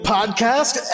Podcast